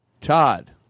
Todd